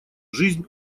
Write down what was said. жизнь